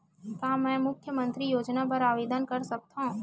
का मैं मुख्यमंतरी योजना बर आवेदन कर सकथव?